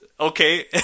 Okay